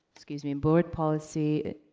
excuse me, board policy,